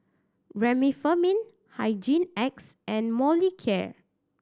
Remifemin Hygin X and Molicare